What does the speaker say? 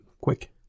quick